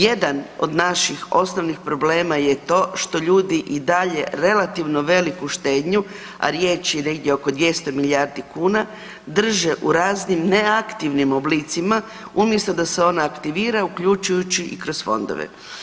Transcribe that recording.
Jedan od naših osnovnih problema je to što ljudi i dalje relativno veliku štednju, a riječ je negdje oko 200 milijardi kuna drže u raznim neaktivnim oblicima umjesto da se ona aktivira uključujući i kroz fondove.